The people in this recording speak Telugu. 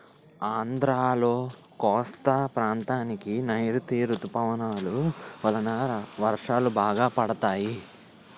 ఆంధ్రాలో కోస్తా ప్రాంతానికి నైరుతీ ఋతుపవనాలు వలన వర్షాలు బాగా పడతాయి